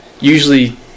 Usually